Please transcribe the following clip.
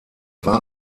war